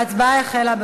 ההצבעה החלה.